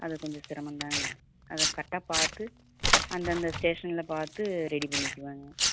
அது கொஞ்சம் சிரமம் தான்ங்க அதை கரெட்டாக பார்த்து அந்தந்த ஸ்டேஷனில் பார்த்து ரெடி பண்ணிக்குவாங்க